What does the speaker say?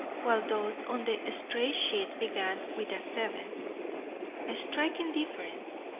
while those on the stray sheet began with a seven a striking difference.